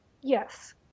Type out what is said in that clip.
Yes